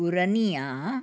पुरनिया